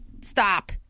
stop